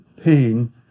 pain